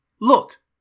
Look